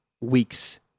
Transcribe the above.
weeks